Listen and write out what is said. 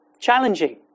Challenging